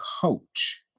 coach